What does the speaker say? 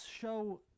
show